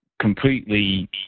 completely